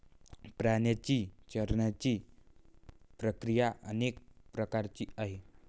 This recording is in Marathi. प्राण्यांची चरण्याची प्रक्रिया अनेक प्रकारची आहे